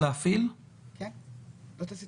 למה לא מסתפקים במצב שבו אומרים לאותה אחות